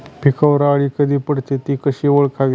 पिकावर अळी कधी पडते, ति कशी ओळखावी?